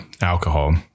alcohol